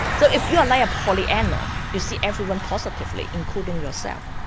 so if you're like a pollyanna you see everyone positively including yourself,